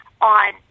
on